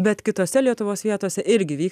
bet kitose lietuvos vietose irgi vyks